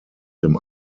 dem